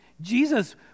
Jesus